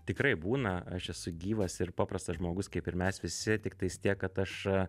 tikrai būna aš esu gyvas ir paprastas žmogus kaip ir mes visi tik tais tiek kad aš